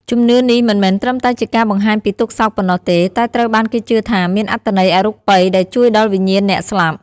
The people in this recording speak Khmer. ជំនឿនេះមិនមែនត្រឹមតែជាការបង្ហាញពីទុក្ខសោកប៉ុណ្ណោះទេ តែត្រូវបានគេជឿថាមានអត្ថន័យអរូបិយដែលជួយដល់វិញ្ញាណអ្នកស្លាប់។